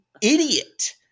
idiot